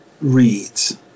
reads